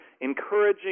encouraging